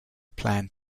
planned